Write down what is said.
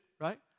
right